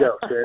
go